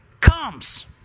comes